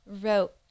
wrote